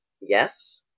Yes